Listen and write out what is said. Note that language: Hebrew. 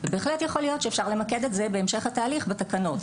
ובהחלט יכול להיות שאפשר למקד את זה בהמשך התהליך בתקנות.